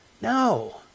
No